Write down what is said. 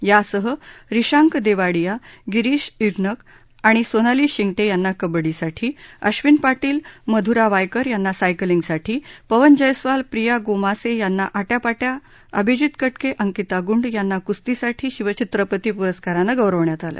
यासह रिशांक देवाडिया गिरीष इर्नक आणि सोनाली शिंग यांना कबड्डीसाठी अश्विन पार्टील मधुरा वायकर यांना सायकलिंगसाठी पवन जयस्वाल प्रिया गोमासे यांना आर्वापार्वा अभिजित कक्के अंकिता ग्रंड यांना कुस्तीसाठी शिवछत्रपती प्रस्कारानं गौरवण्यात आलं